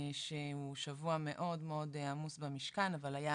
שהוא שבוע מאד מאד עמוס במשכן אבל היה